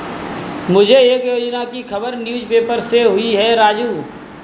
मुझे एक योजना की खबर न्यूज़ पेपर से हुई है राजू